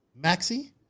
Maxi